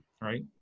right